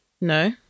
No